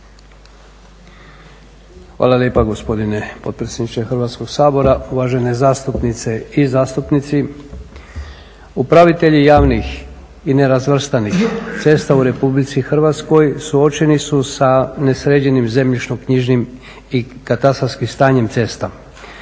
Hvala lijepa gospodine potpredsjedniče Hrvatskog sabora, uvažene zastupnice i zastupnici. Upravitelji javnih i nerazvrstanih cesta u RH suočeni su sa nesređenim zemljišno-knjižnim i katastarskim stanjem cesta.